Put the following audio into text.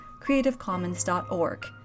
creativecommons.org